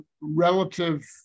relative